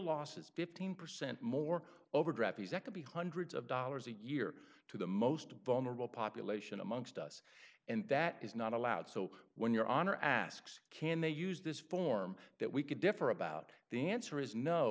losses fifteen percent more overdraft the second be hundreds of dollars a year to the most vulnerable population amongst us and that is not allowed so when your honor asks can they use this form that we could differ about the answer is no